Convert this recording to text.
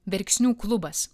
verksnių klubas